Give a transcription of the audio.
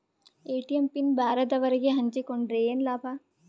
ATM pin ಬ್ಯಾರೆದವರಗೆ ಹಂಚಿಕೊಂಡರೆ ಏನು ಲಾಭ?